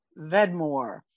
Vedmore